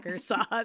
sauce